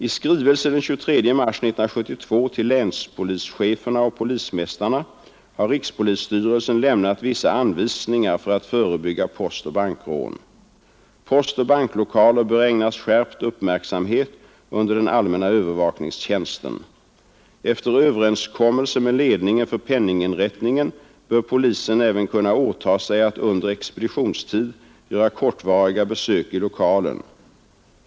I skrivelse den 23 mars 1972 till länspolischeferna och polismästarna har rikspolisstyrelsen lämnat vissa anvisningar för att förebygga postoch bankrån. Postoch banklokaler bör ägnas skärpt uppmärksamhet under den allmänna övervakningstjänsten. Efter överenskommelse med ledningen för penninginrättningen bör polisen även kunna åta sig att under expeditionstid göra kortvariga besök i lokalen.